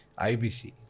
IBC